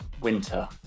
Winter